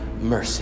mercy